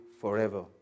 forever